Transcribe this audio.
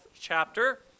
chapter